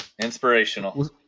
inspirational